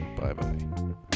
Bye-bye